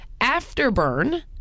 afterburn